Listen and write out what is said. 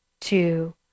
two